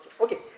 Okay